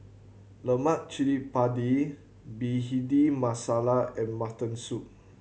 Lemak Cili Padi Bhindi Masala and mutton soup